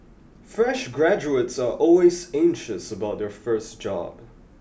fresh graduates are always anxious about their first job